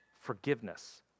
forgiveness